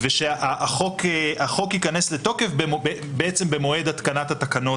ושהחוק ייכנס לתוקף במועד התקנת התקנות